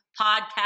podcast